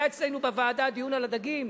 היה אצלנו בוועדה דיון על ייבוא הדגים.